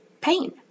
pain